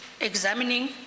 examining